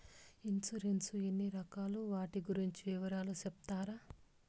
Insurance ఎన్ని రకాలు వాటి గురించి వివరాలు సెప్తారా?